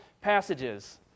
passages